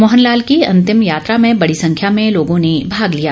मोहन लाल की अंतिम यात्रा में बड़ी संख्या में लोगों ने भाग लिया